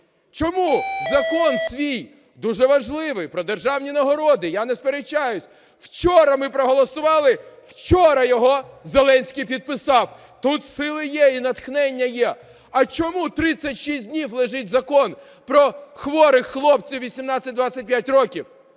Чому Закон свій дуже важливий про державні нагороди, я не сперечаюсь, вчора ми проголосували, вчора його Зеленський підписав. Тут сили є і натхнення є. А чому 36 днів лежить закон про хворих хлопців 18-25 років?